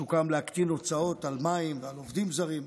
סוכם להקטין הוצאות על מים ועל עובדים זרים,